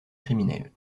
criminelle